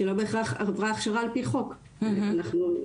שהיא לא בהכרח עברה הכשרה על פי חוק, כן.